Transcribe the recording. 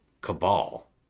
Cabal